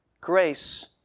grace